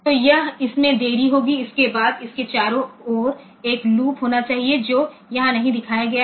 तो यह इसमें देरी होगी इसके बाद इसके चारों ओर एक लूप होना चाहिए जो यहां नहीं दिखाया गया है